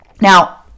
Now